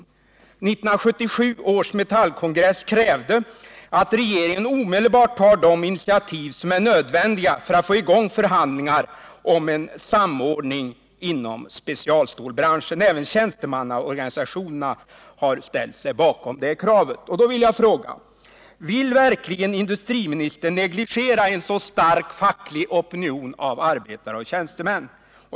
1977 års Metallkongress krävde att regeringen omedelbart skulle ta de initiativ som är nödvändiga för att få i gång förhandlingar om en samordning inom specialstålbranschen. Även de berörda tjänstemannaorganisationerna har ställt sig bakom detta krav. Jag vill fråga: Vill verkligen industriministern negligera en så stark facklig opinion av arbetare och tjänstemän?